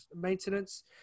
maintenance